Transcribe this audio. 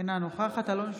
אינה נוכחת אלון שוסטר,